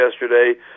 yesterday